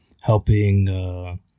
helping